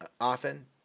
often